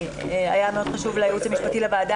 היה מאוד חשוב לייעוץ המשפטי לוועדה.